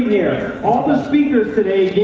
here, all the speakers today